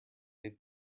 that